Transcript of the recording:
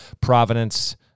Providence